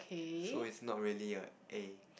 so it's not really a A